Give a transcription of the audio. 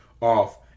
off